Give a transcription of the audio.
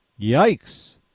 Yikes